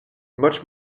much